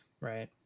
right